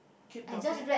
keep dropping